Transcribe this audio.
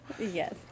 Yes